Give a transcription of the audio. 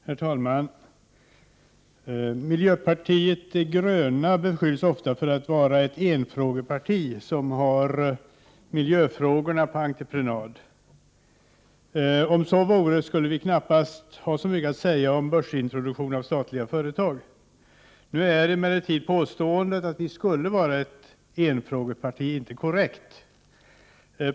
Herr talman! Miljöpartiet de gröna beskylls ofta för att vara ett enfrågeparti, som har miljöfrågorna på entreprenad. Om så vore skulle vi knappast ha så mycket att säga om börsintroduktion av statliga företag. Nu är emellertid påståendet att vi skulle vara ett enfrågeparti inte korrekt.